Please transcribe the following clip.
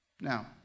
Now